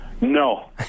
no